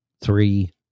Three